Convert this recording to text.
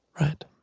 Right